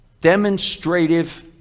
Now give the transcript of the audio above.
Demonstrative